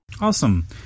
Awesome